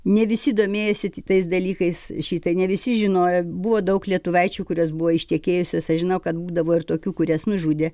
ne visi domėjosi tais dalykais šitą ne visi žinojo buvo daug lietuvaičių kurios buvo ištekėjusios aš žinau kad būdavo ir tokių kurias nužudė